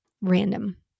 random